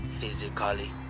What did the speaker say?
physically